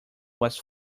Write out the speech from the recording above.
was